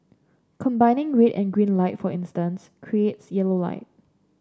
combining read and green light for instance creates yellow light